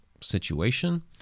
situation